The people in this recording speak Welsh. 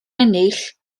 ennill